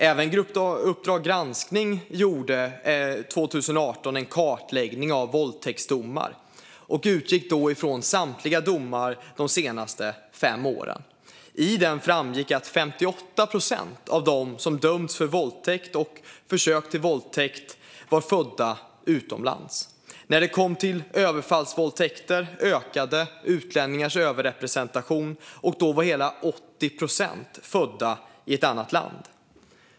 Även Uppdrag granskning gjorde 2018 en kartläggning av våldtäktsdomar och utgick då från samtliga domar de senaste fem åren. I den kartläggningen framgick att 58 procent av dem som dömts för våldtäkt och försök till våldtäkt var födda utomlands. När det kom till överfallsvåldtäkter ökade utlänningars överrepresentation, och då var hela 80 procent födda i ett annat land.